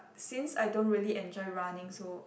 since I don't really enjoy running so